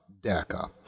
daca